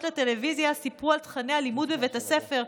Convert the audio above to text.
לטלוויזיה סיפרו על תוכני הלימוד בבית הספר,